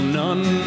none